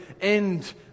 end